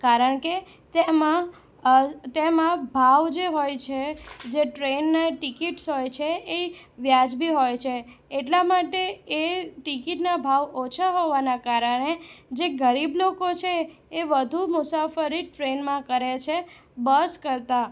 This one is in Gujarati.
કારણ કે તેમાં તેમાં ભાવ જે હોય છે જે ટ્રેનની ટિકિટ્સ હોય છે એ વ્યાજબી હોય છે એટલા માટે એ ટિકિટના ભાવ ઓછા હોવાનાં કારણે જે ગરીબ લોકો છે એ વધુ મુસાફરી ટ્રેનમાં કરે છે બસ કરતાં